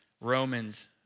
Romans